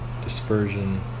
dispersion